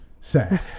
Sad